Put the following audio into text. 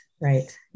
right